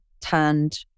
turned